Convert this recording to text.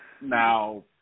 Now